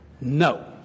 No